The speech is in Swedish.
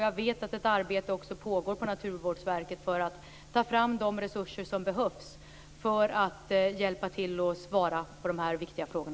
Jag vet att ett arbete också pågår på Naturvårdsverket för att ta fram de resurser som behövs för att hjälpa till att svara på dessa viktiga frågor.